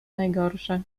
najgorsze